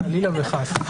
חלילה וחס.